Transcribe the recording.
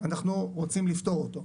אנחנו רוצים לפתור אותו.